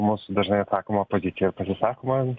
musų dažnai atsakoma pozicija pasisako man